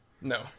No